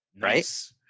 Right